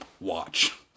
watch